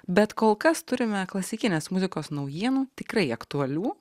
bet kol kas turime klasikinės muzikos naujienų tikrai aktualių